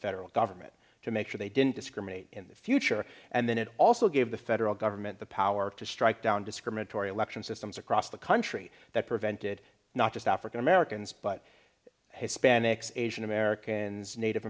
federal government to make sure they didn't discriminate in the future and then it also gave the federal government the power to strike down discriminatory election systems across the country that prevented not just african americans but hispanics asian americans native